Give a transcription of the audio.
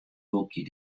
boekje